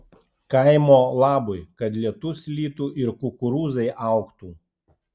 kaimo labui kad lietus lytų ir kukurūzai augtų